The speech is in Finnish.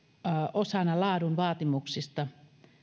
osana laadun vaatimuksia